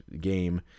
game